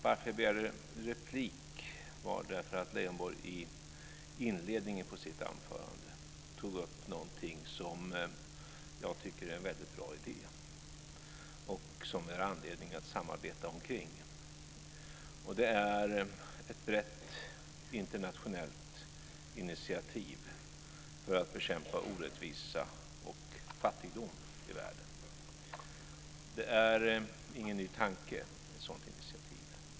Jag begärde replik därför att Leijonborg i inledningen på sitt anförande tog upp någonting som jag tycker är en väldigt bra idé och som vi har anledning att samarbeta kring. Det är ett brett internationellt initiativ för att bekämpa orättvisa och fattigdom i världen. Ett sådant initiativ är inte någon ny tanke.